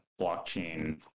blockchain